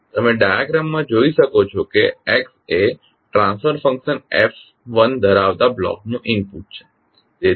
તમે ડાયાગ્રામ માં જોઈ શકો છો કે X એ ટ્રાન્સફર ફંક્શનF1 ધરાવતા બ્લોકનું ઇનપુટ છે